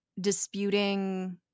disputing